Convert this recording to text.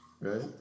Right